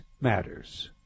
matters